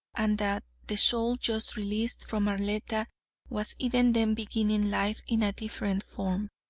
and that the soul just released from arletta was even then beginning life in a different form.